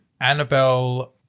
Annabelle